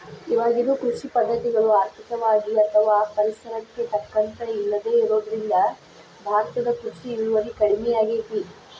ಇವಾಗಿರೋ ಕೃಷಿ ಪದ್ಧತಿಗಳು ಆರ್ಥಿಕವಾಗಿ ಅಥವಾ ಪರಿಸರಕ್ಕೆ ತಕ್ಕಂತ ಇಲ್ಲದೆ ಇರೋದ್ರಿಂದ ಭಾರತದ ಕೃಷಿ ಇಳುವರಿ ಕಡಮಿಯಾಗೇತಿ